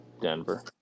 Denver